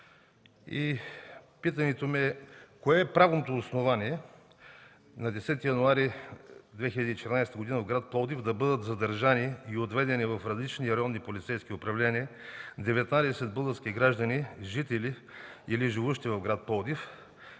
и той е: кое е правното основание на 10 януари 2014 г. в град Пловдив да бъдат задържани и отведени в различни районни полицейски управления 19 български граждани – жители или живущи в град Пловдив?